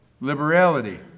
liberality